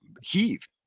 heave